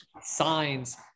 signs